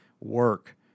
work